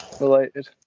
related